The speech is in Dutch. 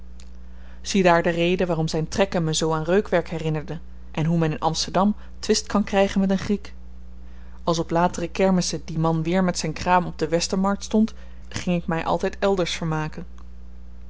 ziedaar de reden waarom zyn trekken me zoo aan reukwerk herinnerden en hoe men in amsterdam twist kan krygen met een griek als op latere kermissen die man weer met zyn kraam op de westermarkt stond ging ik my altyd elders vermaken